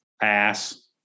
Pass